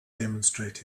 demonstrate